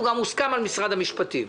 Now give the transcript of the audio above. הוא גם מוסכם על משרד המשפטים.